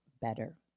better